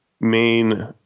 main